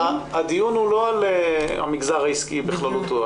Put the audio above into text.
הדיון הוא לא על המגזר העסקי בכללותו,